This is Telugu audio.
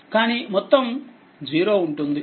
కానీ మొత్తం 0 ఉంటుంది